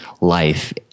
life